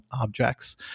objects